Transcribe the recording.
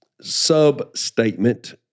sub-statement